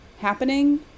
happening